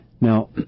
Now